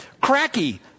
Cracky